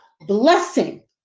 blessing